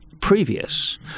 previous